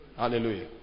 Hallelujah